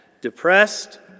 depressed